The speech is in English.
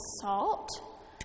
salt